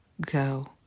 go